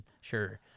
Sure